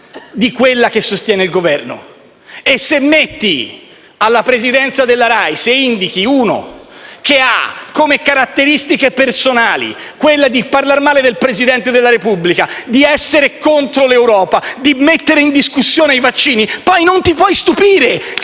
di quella che sostiene il Governo e se si indica alla presidenza della RAI uno che ha come caratteristiche personali quella di parlare male del Presidente della Repubblica, di essere contro l'Europa, di mettere in discussione i vaccini, poi non ci si può stupire